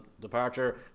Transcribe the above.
departure